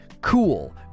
cool